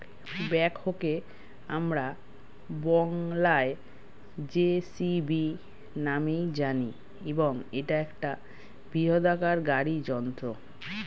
ব্যাকহোকে আমরা বংলায় জে.সি.বি নামেই জানি এবং এটা একটা বৃহদাকার গাড়ি যন্ত্র